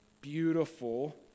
beautiful